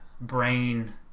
brain